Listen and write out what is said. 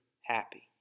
happy